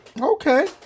Okay